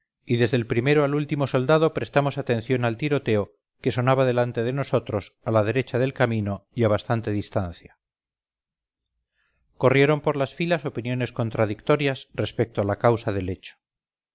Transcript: y desde el primero al último soldado prestamos atención al tiroteo que sonaba delante de nosotros a la derecha del camino y a bastante distancia corrieron por las filas opiniones contradictorias respecto a la causa del hecho